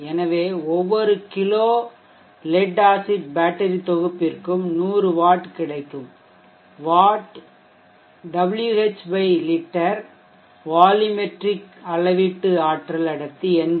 எனவே ஒவ்வொரு kilo lead acid battery தொகுப்பிற்கும் 100 வாட் கிடைக்கும் Wh லிட்டர் வால்யுமெட்ரிக்அளவீட்டு ஆற்றல் அடர்த்தி 80